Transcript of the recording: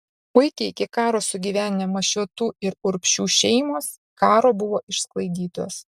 puikiai iki karo sugyvenę mašiotų ir urbšių šeimos karo buvo išsklaidytos